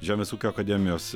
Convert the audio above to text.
žemės ūkio akademijos